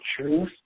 truth